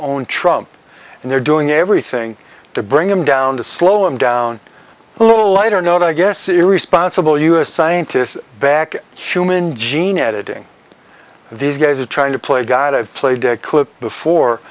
own trump and they're doing everything to bring him down to slow him down a little lighter note i guess irresponsible u s scientists back human gene editing these guys are trying to play god i've played that clip before